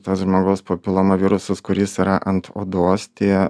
tas žmogaus papilomo virusas kuris yra ant odos tie